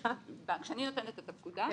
נותנת את הפקודה,